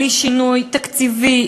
בלי שינוי תקציבי,